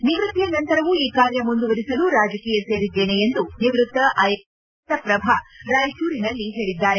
ನಿವೃತ್ತಿಯ ನಂತರವು ಈ ಕಾರ್ಯ ಮುಂದುವರೆಸಲು ರಾಜಕೀಯ ಸೇರಿದ್ದೇನೆ ಎಂದು ನಿವ್ವತ್ತ ಐಎಎಸ್ ಅಧಿಕಾರಿ ರಕ್ಷಪ್ರಭಾ ರಾಯಚೂರಿನಲ್ಲಿ ಹೇಳಿದ್ದಾರೆ